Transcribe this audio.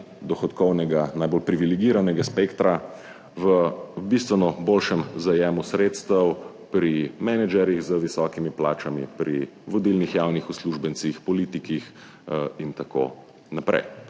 dohodkovnega najbolj privilegiranega spektra v bistveno boljšem zajemu sredstev pri menedžerjih z visokimi plačami, pri vodilnih javnih uslužbencih, politikih in tako naprej.